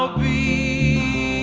we